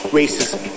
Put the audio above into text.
racism